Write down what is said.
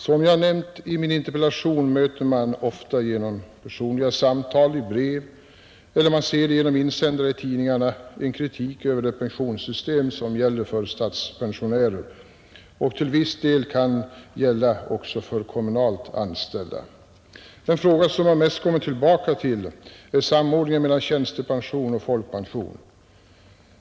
Som jag nämnt i min interpellation möter man ofta vid personliga samtal och i brev — eller man ser det i insändare i tidningarna — en kritik av det pensionssystem som gäller för statspensionärer och som till viss del kan gälla också för kommunalt anställda. Den fråga som oftast kommer tillbaka gäller samordningen mellan tjänstepension och folkpension.